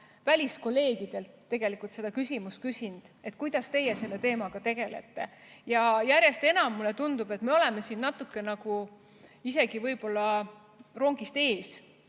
väliskolleegidelt tegelikult seda küsimust küsinud, et kuidas teie selle teemaga tegelete. Ja järjest enam mulle tundub, et me oleme siin natuke isegi võib-olla rongist ees.